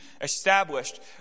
established